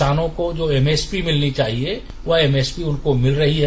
किसानों को जो एमएसपी मिलनी चाहिये वह एमएसपी उनको मिल रही है